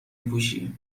پوشی